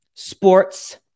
sports